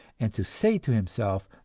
and to say to himself,